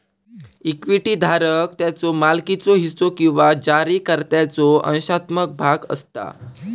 equity धारक त्याच्यो मालकीचो हिस्सो किंवा जारीकर्त्याचो अंशात्मक भाग असता